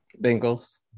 Bengals